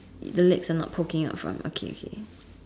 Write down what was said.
the legs are not poking up front okay okay